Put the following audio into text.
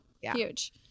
Huge